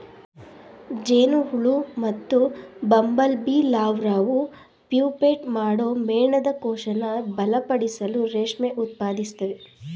ಜೇನುಹುಳು ಮತ್ತುಬಂಬಲ್ಬೀಲಾರ್ವಾವು ಪ್ಯೂಪೇಟ್ ಮಾಡೋ ಮೇಣದಕೋಶನ ಬಲಪಡಿಸಲು ರೇಷ್ಮೆ ಉತ್ಪಾದಿಸ್ತವೆ